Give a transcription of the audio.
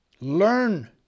Learn